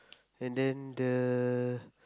and then the